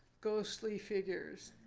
ghostly figures.